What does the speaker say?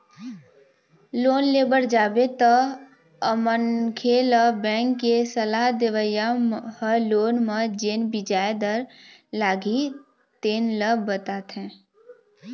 loan ले बर जाबे तअमनखे ल बेंक के सलाह देवइया ह लोन म जेन बियाज दर लागही तेन ल बताथे